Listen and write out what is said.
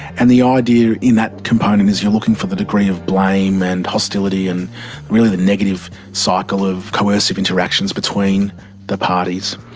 and the idea in that component is you're looking for the degree of blame and hostility and really the negative cycle of coercive interactions between the parties.